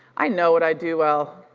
i know what i do well.